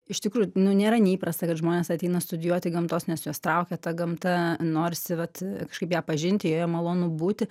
iš tikrųjų nu nėra neįprasta kad žmonės ateina studijuoti gamtos nes juos traukia ta gamta norisi vat kažkaip ją pažinti joje malonu būti